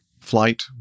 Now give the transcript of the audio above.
Flight